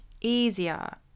easier